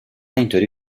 اینطوری